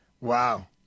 Wow